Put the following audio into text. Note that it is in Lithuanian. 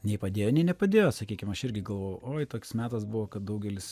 nei padėjo nei nepadėjo sakykim aš irgi galvojau oi toks metas buvo kad daugelis